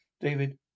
David